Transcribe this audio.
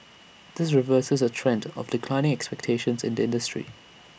this reverses A trend of declining expectations in industry